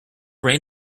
rain